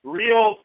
real